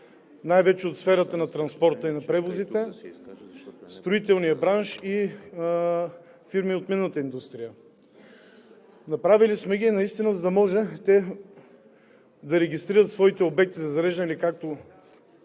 най-вече от сферата на транспорта и на превозите, строителния бранш и фирми от минната индустрия. Направили сме ги, за да може те да регистрират своите обекти за зареждане, или както